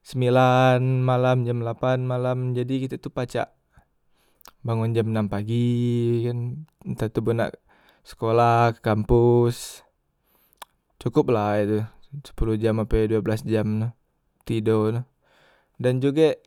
sembilan malam, jam lapan malam, jadi kitek tu pacak bangon jam enam pagi e kan, ntah toboh nak sekolah ke kampos, cokop la e tu sepoloh jam ape due belas jam tu tido tu, dan jugek.